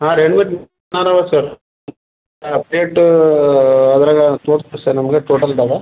sir update ಅದ್ರಾಗೆ ತೋರ್ಸ್ತೀವಿ sir ನಿಮ್ಗೆ ಟೋಟಲ್ದಾಗ